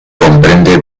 comprende